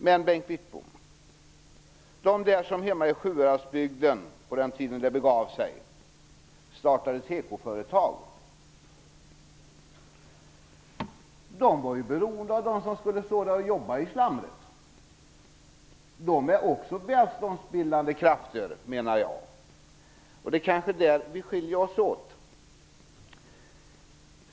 Men de som där hemma i Sjuhäradsbygden på den tiden det begav sig startade tekoföretag var ju beroende av dem som skulle stå där och jobba i slamret! De är också välståndbildande krafter, menar jag. Och kanske är det där vi skiljer oss åt.